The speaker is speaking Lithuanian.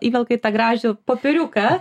įvelka į tą gražių popieriuką